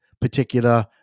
particular